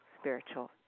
spiritual